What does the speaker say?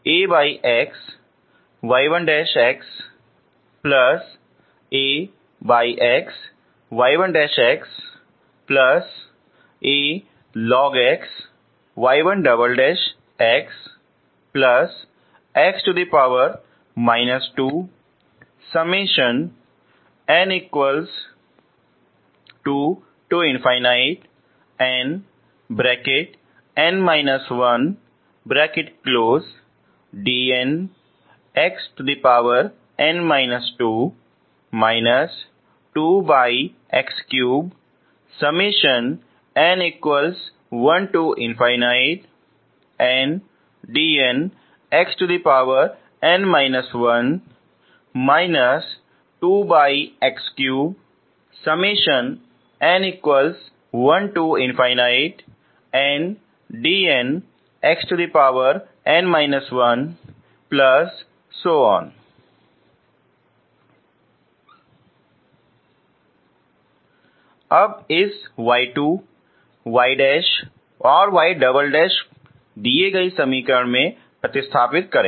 अब इस y2 y और y दिए गए समीकरण में प्रतिस्थापित करें